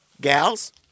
gals